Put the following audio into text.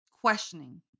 questioning